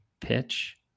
Pitch